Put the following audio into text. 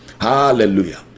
Hallelujah